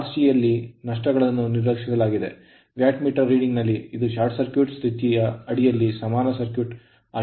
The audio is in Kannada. Rc ಯಲ್ಲಿನ ನಷ್ಟಗಳನ್ನು ನಿರ್ಲಕ್ಷಿಸಲಾಗಿದೆ ವ್ಯಾಟ್ ಮೀಟರ್ ರೀಡಿಂಗ್ ನಲ್ಲಿ ಇದು ಶಾರ್ಟ್ ಸರ್ಕ್ಯೂಟ್ ಸ್ಥಿತಿಯಅಡಿಯಲ್ಲಿ ಸಮಾನ ಸರ್ಕ್ಯೂಟ್ ಆಗಿದೆ